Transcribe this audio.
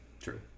True